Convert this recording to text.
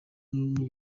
n’u